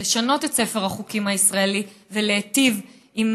לשנות את ספר החוקים הישראלי ולהיטיב עם